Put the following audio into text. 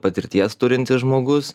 patirties turintis žmogus